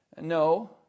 no